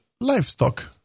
livestock